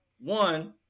One